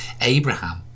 Abraham